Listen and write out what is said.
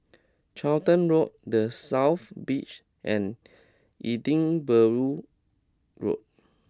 Charlton Road The South Beach and Edinburgh Road